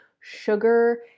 sugar